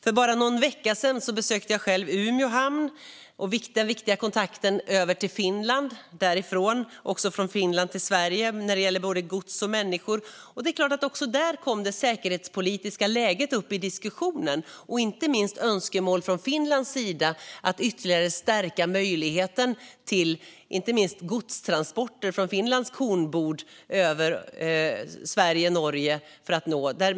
För någon vecka sedan besökte jag Umeå hamn som har den viktiga kontakten över till Finland när det gäller både gods och människor. Och det är klart att det säkerhetspolitiska läget kom upp i diskussionen också där, och inte minst önskemål från Finland att ytterligare stärka möjligheten till inte minst godstransporter från Finlands kornbod över till Sverige och Norge.